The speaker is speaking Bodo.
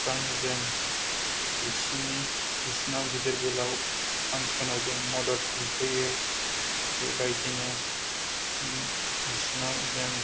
सुस्रांनो जों बिसोरनि बिसोरनाव गिदिर गोलाव मानसिफोरनाव जों मदद बिफैयो बेबायदिनो बिसोरनाव जों